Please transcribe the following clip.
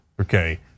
okay